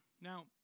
Now